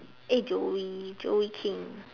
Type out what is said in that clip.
eh joey joey kim